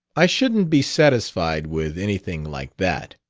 i shouldn't be satisfied with anything like that.